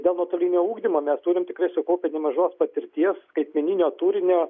dėl nuotolinio ugdymo mes turim tikrai sukaupę nemažos patirties skaitmeninio turinio